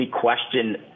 question